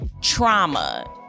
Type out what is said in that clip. Trauma